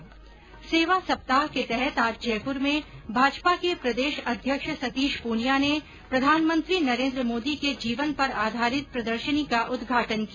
्स सेवा सप्ताह के तहत आज जयपुर में भाजपा के प्रदेश अध्यक्ष सतीश प्रनिया ने प्रधानमंत्री नरेन्द्र मोदी के जीवन पर आधारित प्रदर्शनी का उदघाटन किया